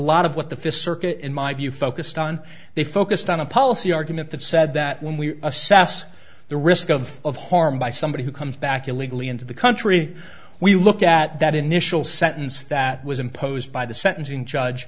lot of what the fifth circuit in my view focused on they focused on a policy argument that said that when we assess the risk of harm by somebody who comes back illegally into the country we look at that initial sentence that was imposed by the sentencing judge